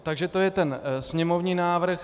Takže to je ten sněmovní návrh.